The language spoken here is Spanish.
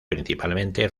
principalmente